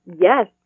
Yes